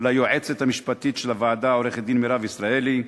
ליועצת המשפטית של הוועדה עורכת-דין מירב ישראלי,